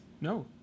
no